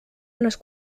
unes